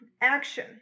action